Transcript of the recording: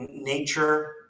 nature